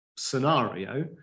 scenario